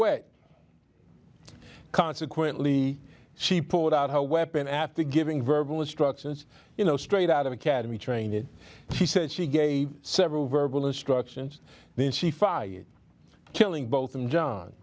way consequently she pulled out her weapon after giving verbal instructions you know straight out of academy training she said she gave several verbal instructions then she fired killing both and john